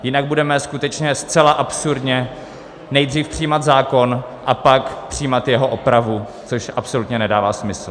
Jinak budeme skutečně zcela absurdně nejdříve přijímat zákon, a pak přijímat jeho opravu, což absolutně nedává smysl.